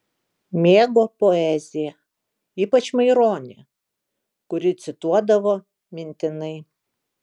mėgo poeziją ypač maironį kurį cituodavo mintinai